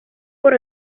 por